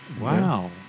Wow